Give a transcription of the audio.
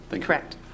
Correct